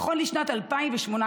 נכון לשנת 2018,